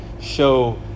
show